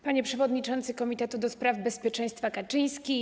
Panie Przewodniczący Komitetu do Spraw Bezpieczeństwa Kaczyński!